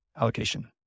allocation